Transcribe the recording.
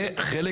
זה חלק